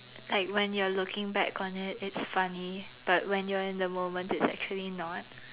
like when you're looking back on it it's funny but when you're in the moment it's actually not